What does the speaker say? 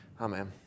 amen